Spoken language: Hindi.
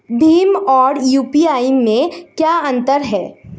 भीम और यू.पी.आई में क्या अंतर है?